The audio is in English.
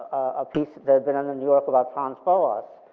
a piece that had been in the new yorker about franz boas,